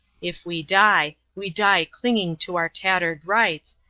if we die, we die clinging to our tattered rights,